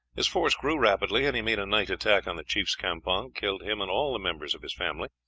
his force grew rapidly, and he made a night attack on the chief's campong, killed him and all the members of his family,